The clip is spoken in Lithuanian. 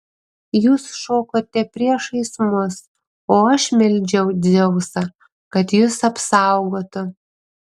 jūs šokote priešais mus o aš meldžiau dzeusą kad jus apsaugotų